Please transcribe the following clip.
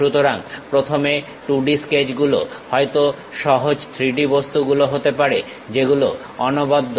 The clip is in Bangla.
সুতরাং প্রথমে 2D স্কেচগুলো হয়তো সহজ 3D বস্তুগুলো হতে পারে যেগুলো অনবদ্য